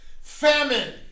Famine